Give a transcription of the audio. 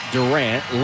Durant